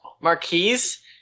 Marquise